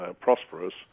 prosperous